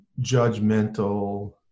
judgmental